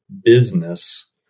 business